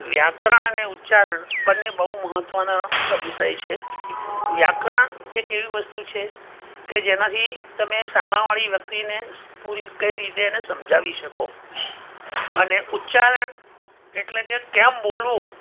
વ્યાકરણ અને ઉચ્ચારણ બંને બહુ મહત્ત્વના સ વિષય છે વ્યાકરણ એક એવી વસ્તુ છે કે જેનાથી તમે સામેવાળી વ્યક્તિને સ પૂરી કઈ રીતે એને સમજાવી શકો અને ઉચ્ચારણ એટલે કે કેમ બોલવું